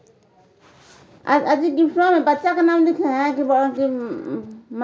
सतही सिंचाइ के तीन प्रमुख तरीका छै, बेसिन सिंचाइ, सीमा सिंचाइ आ फरो सिंचाइ